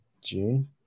June